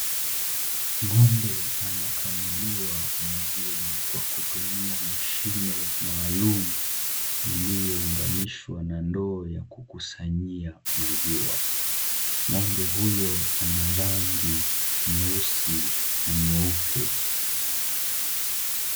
Ng'ombe anakamuliwa maziwa kwa kutumia mashine maalum, iliounganishwa na ndoo ya kukusanyia maziwa. Ng'ombe huyo ana rangi nyeusi na nyeupe.